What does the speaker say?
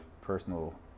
personal